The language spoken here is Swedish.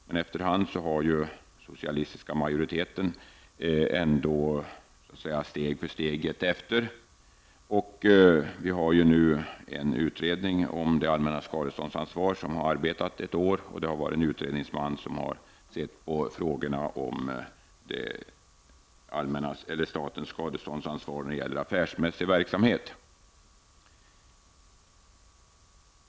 Den socialdemokratiska majoriteten har alltid legat steget efter oss. Nu har dock en utredning om det allmännas skadeståndsansvar arbetat ett år. En utredningsman har sett över de regler som gällt beträffande statens skadeståndsansvar vid affärsmässig verksamhet.